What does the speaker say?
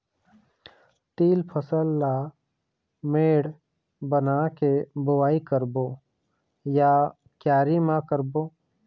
तील फसल ला मेड़ बना के बुआई करबो या क्यारी म करबो?